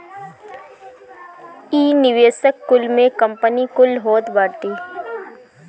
इ निवेशक कुल में कंपनी कुल होत बाटी